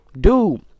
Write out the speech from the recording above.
dude